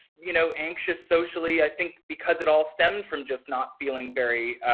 you know, anxious socially, i think because it all stemmed from just not feeling very